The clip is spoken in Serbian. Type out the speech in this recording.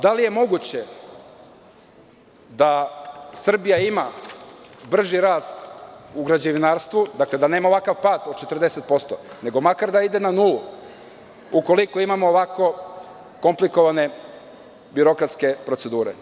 Da li je moguće da Srbija ima brži rast u građevinarstvu, dakle, da nema ovakav pad od 40% nego makar da ide na nulu, ukoliko imamo ovako komplikovane birokratske procedure.